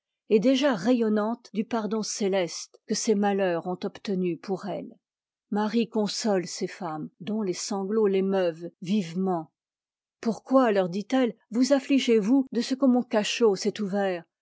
et déjà rayonnante du pardon céleste que ses malheurs ont obtenu pour ette marie console ses femmes dont les sanglots t'émeuvent vivement pourquoi teur dit-elle vous afttigéz vous dé ce que mon cachot s'est ouvert